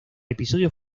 episodio